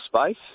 space